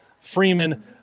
Freeman